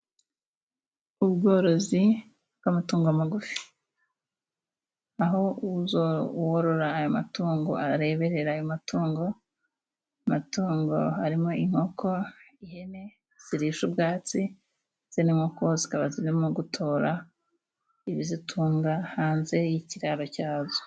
Ubworozi bw'amatungo magufi aho uworora ayo matungo areberera ayo amatungo, amatungo harimo: inkoko, ihene zirisha ubwatsi, ndetse n'inkoko zikaba zirimo gutora ibizitunga hanze y'ikiraro cyazo.